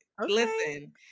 Listen